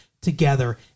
together